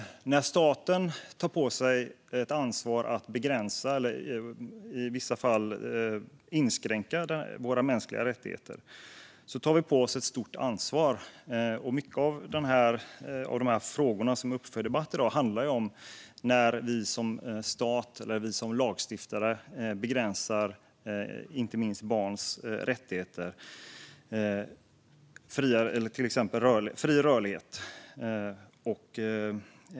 När staten tar på sig ett ansvar för att begränsa och i vissa fall inskränka våra mänskliga rättigheter tar man på sig ett stort ansvar. Många av de frågor som är uppe för debatt i dag handlar ju om när vi som lagstiftare begränsar inte minst barns rättigheter, till exempel deras fria rörlighet.